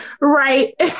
Right